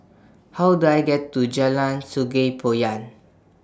How Do I get to Jalan Sungei Poyan